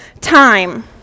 time